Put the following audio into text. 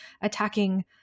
attacking